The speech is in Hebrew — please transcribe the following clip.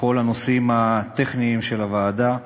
בכל הנושאים הטכניים של הוועדה,